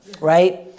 right